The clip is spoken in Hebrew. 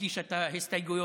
שהגישה את ההסתייגויות,